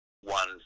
one